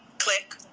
click!